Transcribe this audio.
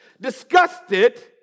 disgusted